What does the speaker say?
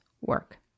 work